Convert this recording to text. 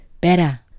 better